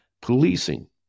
policing